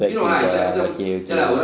that phase lah okay okay